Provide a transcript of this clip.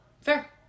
fair